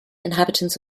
inhabitants